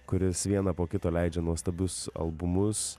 kuris vieną po kito leidžia nuostabius albumus